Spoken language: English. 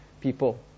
people